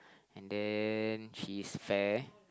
and then she's fair